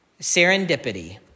serendipity